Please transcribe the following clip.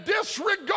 disregard